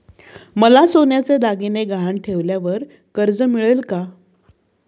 मला सोन्याचे दागिने गहाण ठेवल्यावर कर्ज मिळेल का?